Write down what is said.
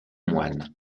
moine